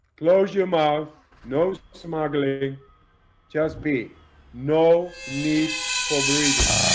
close your mouth no smuggling just be no need for breathing